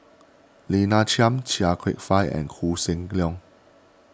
Lina Chiam Chia Kwek Fah and Koh Seng Leong